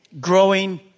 growing